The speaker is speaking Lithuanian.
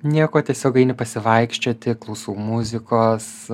nieko tiesiog eini pasivaikščioti klausau muzikos